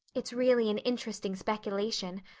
it's really an interesting speculation.